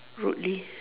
rudely